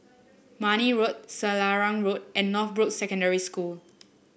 Marne Road Selarang Road and Northbrooks Secondary School